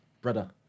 brother